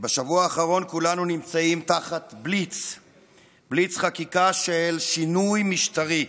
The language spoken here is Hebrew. בשבוע האחרון כולנו נמצאים תחת בליץ חקיקה של שינוי משטרי,